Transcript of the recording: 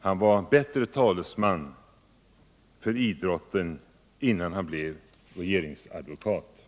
Han var en bättre talesman för idrotten innan han blev regeringsadvokat.